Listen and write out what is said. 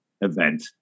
event